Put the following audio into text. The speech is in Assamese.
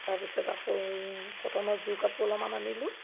তাৰপিছত আকৌ কটনৰ যোৰ কাপোৰ অলপমান আনিলোঁ